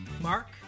Mark